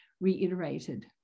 reiterated